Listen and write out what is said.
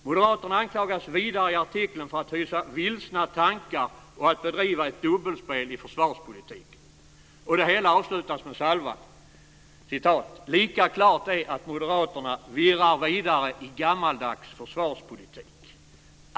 Moderaterna anklagas vidare i artikeln för att hysa vilsna tankar och bedriva ett dubbelspel i försvarspolitiken. Det hela avslutas med denna salva: "Lika klart är att moderaterna virrar vidare i gammeldags försvarspolitik."